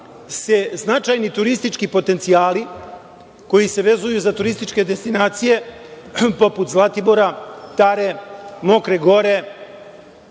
se značajni turistički potencijali koji se vezuju za turističke destinacije, poput Zlatibora, Tare, Mokre Gore